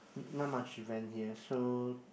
not much event here so